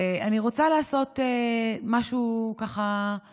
ואני רוצה לעשות משהו חדשני.